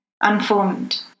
unformed